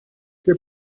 che